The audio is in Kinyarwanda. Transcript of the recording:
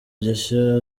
gishya